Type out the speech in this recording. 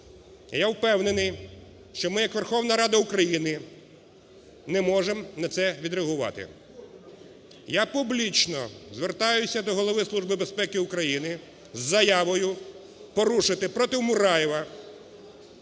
я впевнений, що ми, як Верховна Рада України, не можемо на це відреагувати. Я публічно звертаюся до Голови Служби безпеки України з заявою порушити протиМураєва